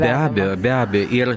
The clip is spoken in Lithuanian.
be abejo be abejo ir